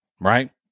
right